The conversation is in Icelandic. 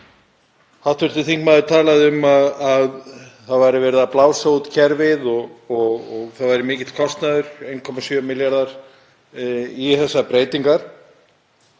Hv. þingmaður talaði um að það væri verið að blása út kerfið og það væri mikill kostnaður, 1,7 milljarðar, við þessar breytingar.